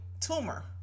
tumor